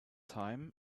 time